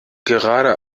gerade